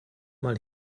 mal